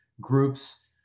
groups